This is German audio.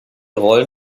rollen